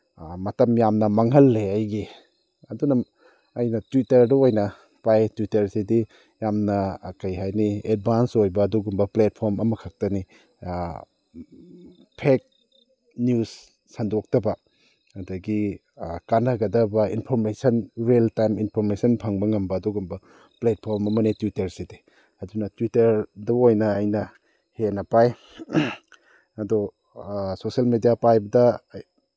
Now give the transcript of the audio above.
ꯃꯇꯝ ꯌꯥꯝꯅ ꯃꯥꯡꯍꯜꯂꯦ ꯑꯩꯒꯤ ꯑꯗꯨꯅ ꯑꯩꯅ ꯇ꯭ꯋꯤꯇꯔꯗ ꯑꯣꯏꯅ ꯄꯥꯏ ꯇ꯭ꯋꯤꯇꯔꯁꯤꯗꯤ ꯌꯥꯝꯅ ꯀꯔꯤ ꯍꯥꯏꯅꯤ ꯑꯦꯗꯚꯥꯟꯁ ꯑꯣꯏꯕ ꯑꯗꯨꯒꯨꯝꯕ ꯄ꯭ꯂꯦꯠꯐꯣꯝ ꯑꯃꯈꯛꯇꯅꯤ ꯐꯦꯛ ꯅ꯭ꯌꯨꯁ ꯁꯟꯗꯣꯛꯇꯕ ꯑꯗꯒꯤ ꯀꯥꯟꯅꯒꯗꯕ ꯏꯟꯐꯣꯔꯃꯦꯁꯟ ꯔꯦꯜ ꯇꯥꯏꯝ ꯏꯟꯐꯣꯔꯃꯦꯁꯟ ꯐꯪꯕ ꯉꯝꯕ ꯑꯗꯨꯒꯨꯝꯕ ꯄ꯭ꯂꯦꯠꯐꯣꯝ ꯑꯃꯅꯤ ꯇ꯭ꯋꯤꯇꯔꯁꯤꯗꯤ ꯑꯗꯨꯅ ꯇ꯭ꯋꯤꯇꯔꯗ ꯑꯣꯏꯅ ꯑꯩꯅ ꯍꯦꯟꯅ ꯄꯥꯏ ꯑꯗꯣ ꯁꯣꯁꯦꯜ ꯃꯦꯗꯤꯌꯥ ꯄꯥꯏꯕꯗ